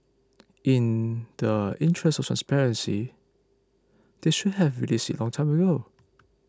in the interest of transparency they should have released it long time ago